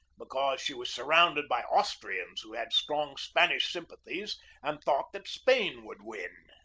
because she was surrounded by austrians who had strong spanish sympathies and thought that spain would win.